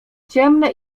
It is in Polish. ciemne